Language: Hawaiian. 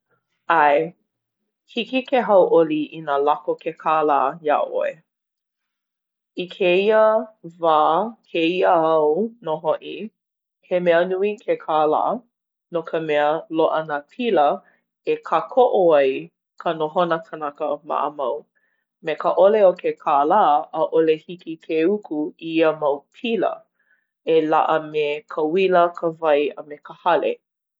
ʻAe. Hiki ke hauʻoli inā lako ke kālā iā ʻoe. I kēia wā, kēia au nō hoʻi, he mea nui ke kālā, no ka mea loaʻa nā pila e kākoʻo ai ka nohona kanaka maʻamau. Me ka ʻole o ke kālā, ʻaʻole hiki ke uku i ia mau pila. E laʻa me ka uila, ka wai, a me ka hale.